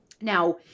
now